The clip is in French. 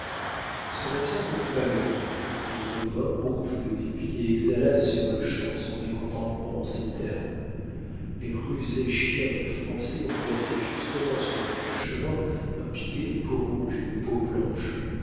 son absence ne fut pas longue il revint rouge de dépit et exhala sur-le-champ son mécontentement en ces termes les rusés chiens de français ont placé justement sur notre chemin un piquet de peaux-rouges et de peaux blanches